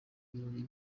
birori